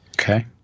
okay